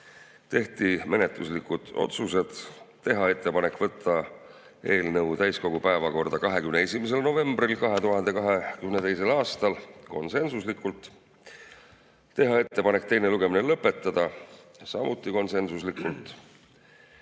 menetluslikud otsused: teha ettepanek võtta eelnõu täiskogu päevakorda 21. novembril 2022. aastal, see tehti konsensuslikult, teha ettepanek teine lugemine lõpetada, samuti konsensuslikult,